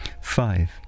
Five